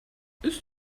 ist